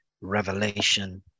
revelation